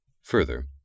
Further